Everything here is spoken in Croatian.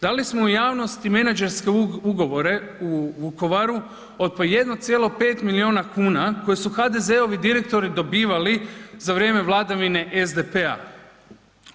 Dali smo u javnost i menadžerske ugovore u Vukovaru od po 1,5 milijuna kuna koje su HDZ-ovi direktori dobivali za vrijeme vladavine SDP-a.